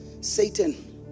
Satan